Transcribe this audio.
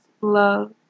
love